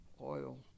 Oil